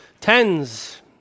tens